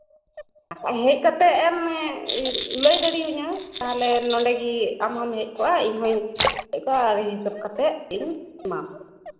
ᱦᱮᱡ ᱠᱟᱛᱮᱜ ᱮᱢ ᱞᱟᱹᱭ ᱫᱟᱲᱮᱭᱟᱹᱧᱟ ᱛᱟᱦᱞᱮ ᱱᱚᱸᱰᱮᱜᱮ ᱟᱢ ᱦᱚᱸᱢ ᱦᱮᱡ ᱠᱚᱜᱼᱟ ᱤᱧ ᱦᱚᱸᱧ ᱟᱨᱤᱧ ᱦᱤᱥᱟᱹᱵ ᱠᱟᱛᱮᱜ ᱤᱧ ᱮᱢᱟᱢᱟ